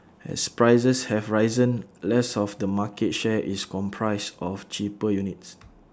as prices have risen less of the market share is comprised of cheaper units